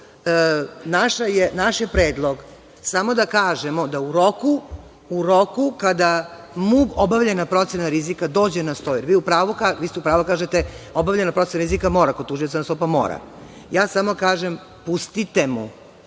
naš je predlog samo da kažemo da u roku kada u MUP obavljena procena rizika dođe na sto, jer vi ste u pravu kada kažete – obavljena procena rizika mora kod tužioca na sto, pa mora, ja samo kažem – pustite mu